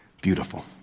beautiful